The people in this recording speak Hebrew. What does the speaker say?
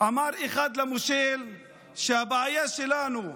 אמר אחד למושל שהבעיה שלנו,